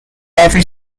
ever